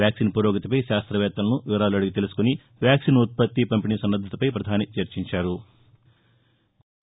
vaccine పురోగతిపై శాస్త్రవేత్తలను వివరాలు అడిగి తెలుసుకుని వ్యాక్సిన్ ఉత్పత్తి పంపణీ సన్నద్ధతపై పధాని చర్చించారు